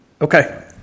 okay